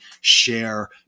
share